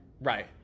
Right